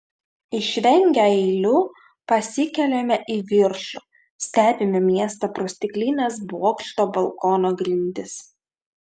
išvengę eilių pasikeliame į viršų stebime miestą pro stiklines bokšto balkono grindis